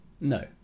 No